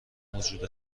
موجود